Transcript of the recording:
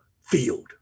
field